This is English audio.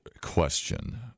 question